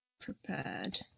Prepared